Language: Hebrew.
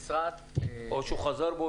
או שהוא חזר בו?